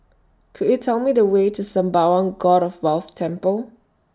Could YOU Tell Me The Way to Sembawang God of Wealth Temple